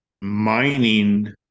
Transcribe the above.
mining